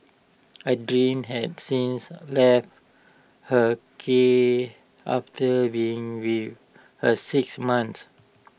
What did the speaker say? Adrian has since left her care after being with her six months